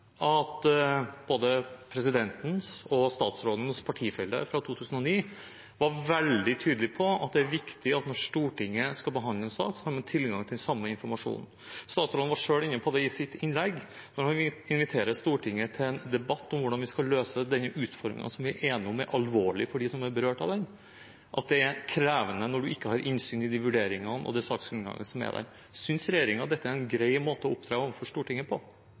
at både presidentens og statsrådens partifeller fra 2009 var veldig tydelige på at det er viktig at når Stortinget skal behandle en sak, må man ha tilgang til samme informasjon. Statsråden var selv inne på det i sitt innlegg. Når han inviterer Stortinget til en debatt om hvordan vi skal løse den utfordringen som vi er enige om er alvorlig for dem som er berørt av den, er det krevende når man ikke har innsyn i de vurderingene og det saksgrunnlaget som er der. Synes regjeringen at dette er en grei måte å opptre på overfor Stortinget?